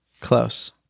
Close